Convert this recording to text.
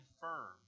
firm